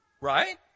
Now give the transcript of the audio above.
right